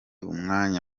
umwanya